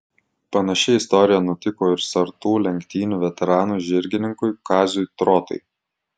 panaši istorija nutiko ir sartų lenktynių veteranui žirgininkui kaziui trotai